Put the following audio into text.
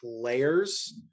players